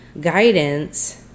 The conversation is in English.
guidance